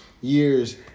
Years